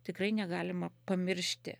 tikrai negalima pamiršti